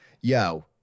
yo